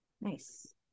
Nice